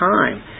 time